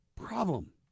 problem